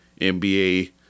NBA